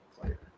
player